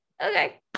okay